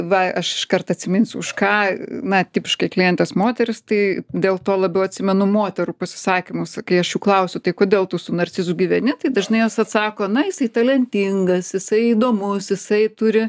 va aš kartą atsiminsiu už ką na tipiškai klientės moterys tai dėl to labiau atsimenu moterų pasisakymus kai aš jų klausiu tai kodėl tu su narcizu gyveni tai dažnai jos atsako na isai talentingas isai įdomus isai turi